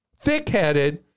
thick-headed